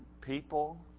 people